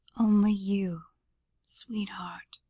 only you sweetheart,